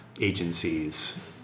agencies